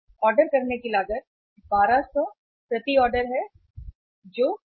order करने की लागत 1200 प्रति ऑर्डर है जो सी